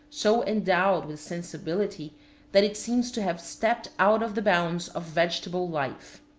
so endowed with sensibility that it seems to have stepped out of the bounds of vegetable life.